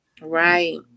Right